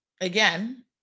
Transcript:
again